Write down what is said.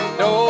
no